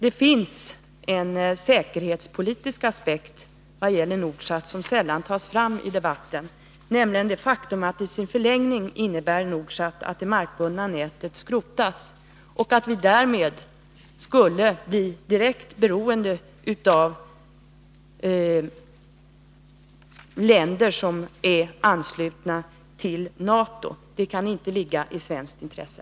Det finns en säkerhetspolitisk aspekt vad gäller Nordsat som sällan tas fram i debatten, nämligen det faktum att Nordsat i sin förlängning innebär att det markbundna nätet skrotas. Därmed skulle vi bli direkt beroende av länder som är anslutna till NATO. Det kan inte ligga i Sveriges intresse.